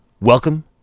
welcome